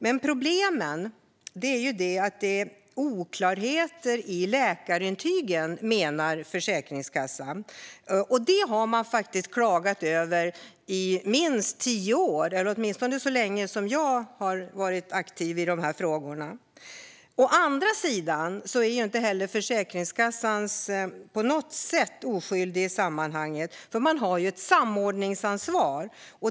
Men problemen består i att det är oklarheter i läkarintygen, menar Försäkringskassan. Det har man faktiskt klagat över i minst tio år, eller åtminstone så länge som jag har varit aktiv i de här frågorna. Försäkringskassan är dock inte heller på något sätt oskyldig i sammanhanget, för man har ju ett samordningsansvar.